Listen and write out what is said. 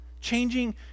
changing